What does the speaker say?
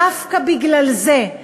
דווקא בגלל זה,